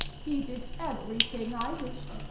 he did every thing i wished,